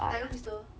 Tiger crystal